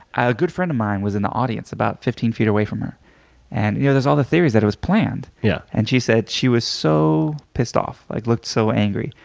a good friend of mine was in the audience about fifteen feet away from her and you know, there's all the theories that it was planned. yeah. and she said she was so pissed off, like looked so angry,